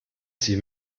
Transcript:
sie